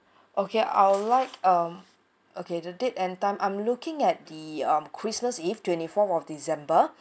okay I would like um okay the date and time I'm looking at the um christmas eve twenty-fourth of december